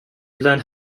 learned